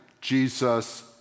Jesus